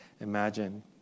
imagine